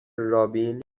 رابین